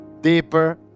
deeper